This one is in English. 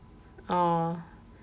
oh